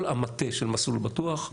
כל המטה של "מסלול בטוח":